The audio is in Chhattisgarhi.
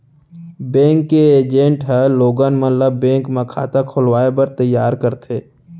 बेंक के एजेंट ह लोगन मन ल बेंक म खाता खोलवाए बर तइयार करथे